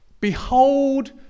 behold